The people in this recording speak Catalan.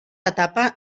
etapa